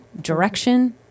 direction